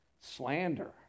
slander